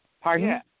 Pardon